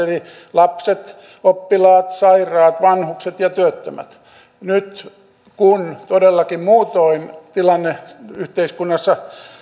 eli lapset oppilaat sairaat vanhukset ja työttömät nyt kun todellakin muutoin tilanne yhteiskunnassa